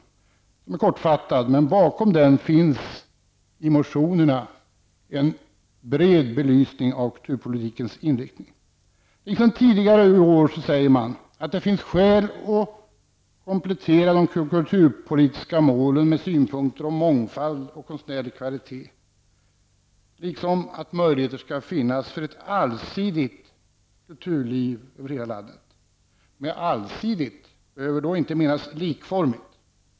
Den är kortfattad, men bakom den finns, i motionerna, en bred belysning av kulturpolitikens inriktning. Liksom tidigare år säger man att det finns skäl att komplettera de kulturpolitiska målen med synpunkter om mångfald och konstnärlig kvalitet, liksom att möjligheter skall finnas för ett allsidigt kulturliv över hela landet. Med allsidigt behöver då inte menas likformigt.